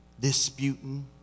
disputing